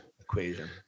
equation